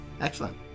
Excellent